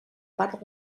part